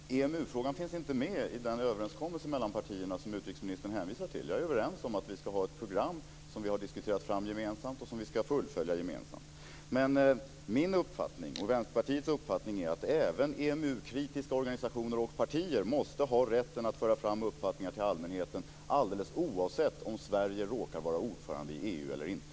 Fru talman! EMU-frågan finns inte med i den överenskommelse mellan partierna som utrikesministern hänvisar till. Jag är införstådd med att vi ska ha ett program som vi har diskuterat fram gemensamt och som vi ska fullfölja gemensamt. Men min och Vänsterpartiets uppfattning är att även EMU-kritiska organisationer och partier måste ha rätten att föra fram uppfattningar till allmänheten, alldeles oavsett om Sverige råkar vara ordförande i EU eller inte.